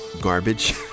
garbage